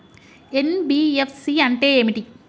NBFC అంటే ఏమిటి?